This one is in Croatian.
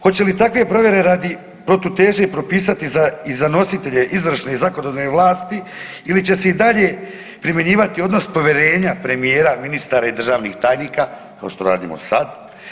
Hoće li takve provjere radi protuteže propisati i za nositelje izvršne i zakonodavne vlasti ili će se i dalje primjenjivati odnos povjerenja premijera, ministara i državnih tajnika kao što radimo sad?